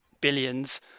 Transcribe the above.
billions